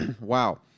Wow